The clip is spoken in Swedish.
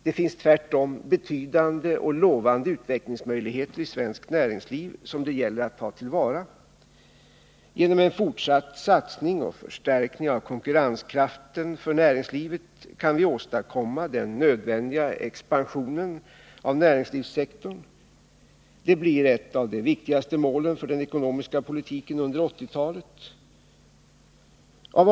Det finns tvärtom betydande och lovande utvecklingsmöjligheter i svenskt näringsliv, vilka det gäller att ta till vara. Genom en fortsatt satsning på och förstärkning av konkurrenskraften för näringslivet kan vi åstadkomma den nödvändiga expansionen av näringslivssektorn. Detta blir ett av de viktigaste målen för den ekonomiska politiken under 1980-talet.